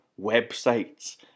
websites